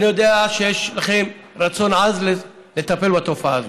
אני יודע שיש לכם רצון עז לטפל בתופעה הזאת,